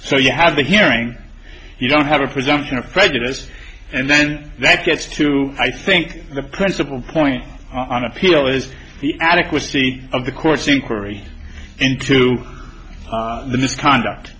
so you have the hearing you don't have a presumption of prejudice and then that gets to i think the principal point on appeal is the adequacy of the course inquiry into the misconduct